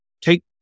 take